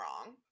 wrong